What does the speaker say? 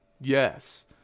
Yes